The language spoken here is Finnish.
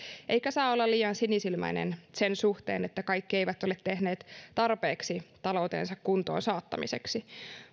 eikä saa olla liian sinisilmäinen sen suhteen että kaikki eivät ole tehneet tarpeeksi taloutensa kuntoon saattamiseksi